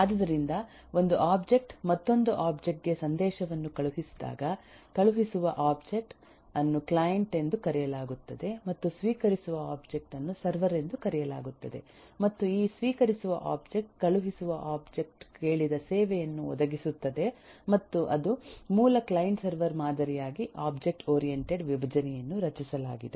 ಆದುದರಿಂದ ಒಂದು ಒಬ್ಜೆಕ್ಟ್ ಮತ್ತೊಂದು ಒಬ್ಜೆಕ್ಟ್ ಗೆ ಸಂದೇಶವನ್ನು ಕಳುಹಿಸಿದಾಗ ಕಳುಹಿಸುವ ಒಬ್ಜೆಕ್ಟ್ ಅನ್ನು ಕ್ಲೈಂಟ್ ಎಂದು ಕರೆಯಲಾಗುತ್ತದೆ ಮತ್ತು ಸ್ವೀಕರಿಸುವ ಒಬ್ಜೆಕ್ಟ್ ಅನ್ನು ಸರ್ವರ್ ಎಂದು ಕರೆಯಲಾಗುತ್ತದೆ ಮತ್ತು ಈ ಸ್ವೀಕರಿಸುವ ಒಬ್ಜೆಕ್ಟ್ ಕಳುಹಿಸುವ ಒಬ್ಜೆಕ್ಟ್ ಕೇಳಿದ ಸೇವೆಯನ್ನು ಒದಗಿಸುತ್ತದೆ ಮತ್ತು ಅದು ಮೂಲ ಕ್ಲೈಂಟ್ ಸರ್ವರ್ ಮಾದರಿಯಾಗಿ ಒಬ್ಜೆಕ್ಟ್ ಓರಿಯಂಟೆಡ್ ವಿಭಜನೆಯನ್ನು ರಚಿಸಲಾಗಿದೆ